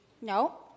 No